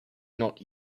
not